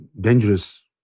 dangerous